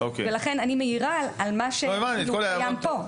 ולכן אני מעירה על מה שכאילו קיים פה.